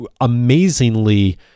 amazingly